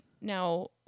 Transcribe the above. Now